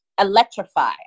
electrify